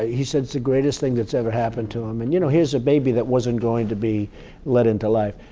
he said it's the greatest thing that's ever happened to him. and you know here's a baby that wasn't going to be let into life.